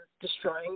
destroying